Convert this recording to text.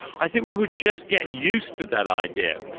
i think we would just get used to that idea.